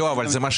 מי נמנע?